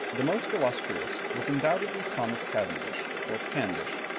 the most illustrious was undoubtedly thomas cavendish or candish.